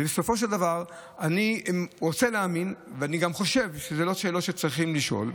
בסופו של דבר אני רוצה להאמין ואני גם חושב שאלה לא שאלות שצריך לשאול.